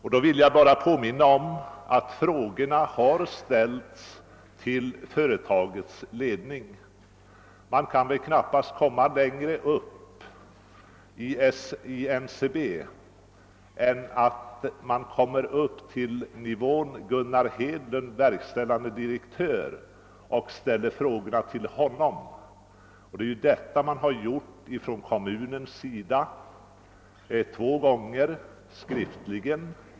Jag vill påminna om att frågorna redan har ställts till företagets ledning; man kan väl knappast komma högre upp i NCB än till Gunnar Hedlund, verkställande direktör. Kommunen har två gånger skriftligen ställt frågor till Gunnar Hedlund.